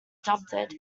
adopted